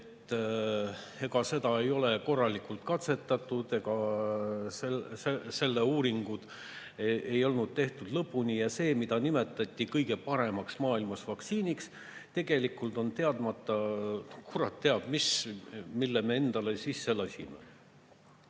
et ega seda ei ole korralikult katsetatud, selle uuringuid ei olnud tehtud lõpuni ja see, mida nimetati kõige paremaks vaktsiiniks maailmas – tegelikult on teadmata, kurat teab mis, mille me endale sisse lasime